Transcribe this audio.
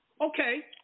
Okay